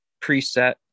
preset